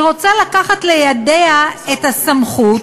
היא רוצה לקחת לידיה את הסמכות